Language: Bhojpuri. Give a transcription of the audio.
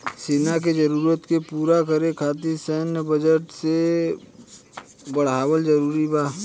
सेना के जरूरत के पूरा करे खातिर सैन्य बजट के बढ़ावल जरूरी बा